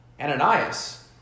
Ananias